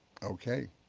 okay.